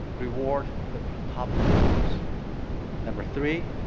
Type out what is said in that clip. reward the top performer. so number three,